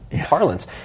parlance